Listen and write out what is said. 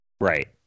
Right